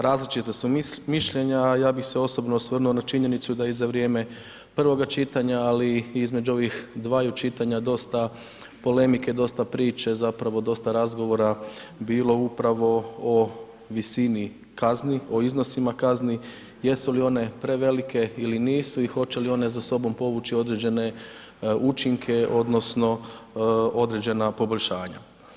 Različita su mišljenja, a ja bih se osobno osvrnuo na činjenicu da i za vrijeme prvoga čitanja, ali i između ovih dvaju čitanja, dosta polemike, dosta priče zapravo dosta razgovora bilo upravo o visini kazni, o iznosima kazni, jesu li one prevelike ili nisu i hoće li one za sobom povući određene učinke odnosno određena poboljšanja?